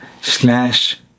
slash